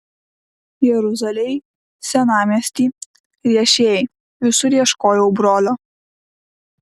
jeruzalėj senamiesty riešėj visur ieškojau brolio